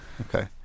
Okay